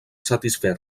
satisfer